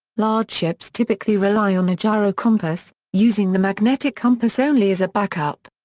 large ships typically rely on a gyrocompass, using the magnetic compass only as a backup.